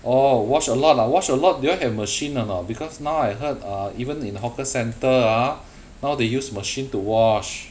orh wash a lot ah wash a lot do you all have machine or not because now I heard uh even in the hawker centre ah now they use machine to wash